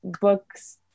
books